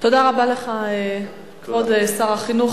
תודה רבה לך, כבוד שר החינוך.